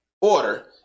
order